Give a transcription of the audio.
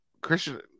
Christian